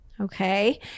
Okay